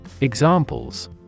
Examples